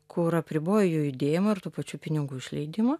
kur apribojo judėjimą ir tuo pačiu pinigų išleidimą